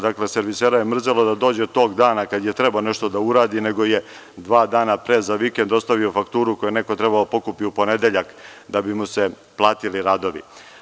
Dakle, servisera je mrzelo da dođe tog dana kada je trebalo nešto da uradi, nego je dva dana pre, za vikend dostavio fakturu koju je neko trebalo da pokupi u ponedeljak, da bi mu se platili radovi.